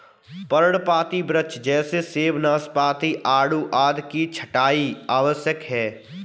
पर्णपाती वृक्ष जैसे सेब, नाशपाती, आड़ू आदि में छंटाई आवश्यक है